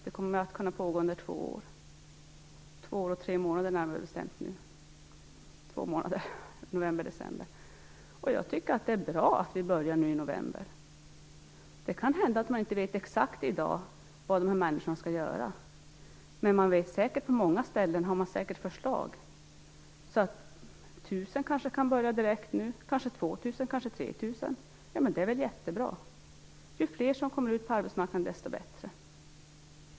Den kommer att kunna pågå under 2 år och 2 månader - november och december. Jag tycker att det är bra att vi börjar i november. Det kan hända att man i dag inte vet exakt vad de här människorna skall göra. Men på många ställen har man säkert förslag. 1 000 personer kanske kan börja direkt. Kanske kan 2 000 eller 3 000 personer göra det. Det är väl jättebra! Ju fler som kommer ut på arbetsmarknaden desto bättre.